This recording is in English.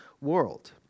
world